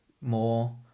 more